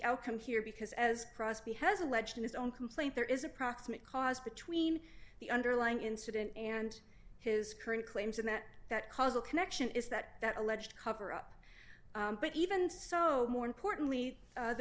outcome here because as crosby has alleged in his own complaint there is a proximate cause between the underlying incident and his current claims and that that causal connection is that that alleged cover up but even so more importantly